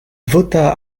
vota